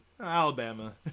Alabama